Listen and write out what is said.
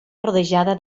rodejada